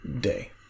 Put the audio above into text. day